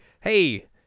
hey